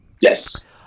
yes